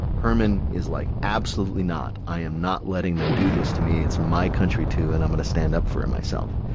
herman is like, absolutely not. i am not letting them do this to me. it's my country too and i'm gonna stand up for myself.